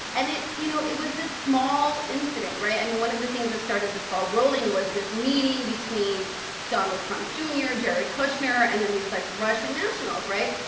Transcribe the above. and, you know, it was this small incident, right? i mean, one of the things that started this ball rolling was this meeting between donald trump jr, jared kushner and then these, like, russian nationals, right?